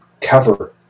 cover